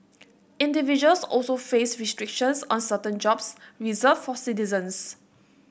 individuals also face restrictions on certain jobs reserved for citizens